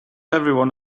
everyone